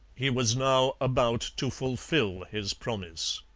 he was now about to fulfil his promise.